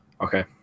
Okay